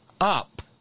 up